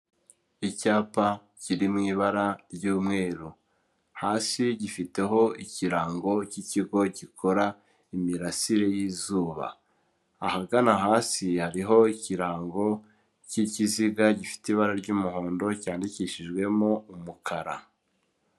Icyapa kiri mu ibara ry'umweru, hasi gifiteho ikirango cy'ikigo gikora imirasire y'izuba, ahagana hasi hariho ikirango cy'ikiziga gifite ibara ry'umuhondo, cyandikishijwemo umukara.